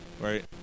right